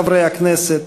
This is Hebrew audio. חברי הכנסת,